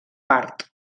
part